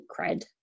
cred